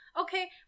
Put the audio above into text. Okay